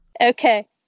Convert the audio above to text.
Okay